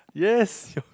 yes